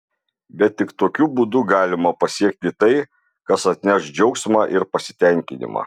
bet tik tokiu būdu galima pasiekti tai kas atneš džiaugsmą ir pasitenkinimą